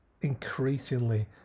increasingly